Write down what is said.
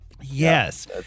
Yes